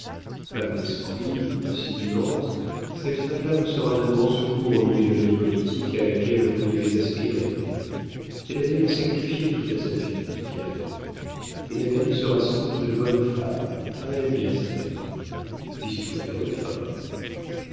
femme d'esprit insinuante cette femme-là vous sera d'un grand secours au milieu de la vie politique à laquelle vous devez aspirer elle a d'ailleurs sacrifié tout à sa fille qu'elle adore et natalie sera sans doute une bonne femme car elle aime bien sa mère puis il faut faire une fin